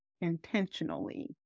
intentionally